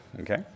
okay